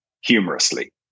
humorously